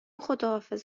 خداحافظ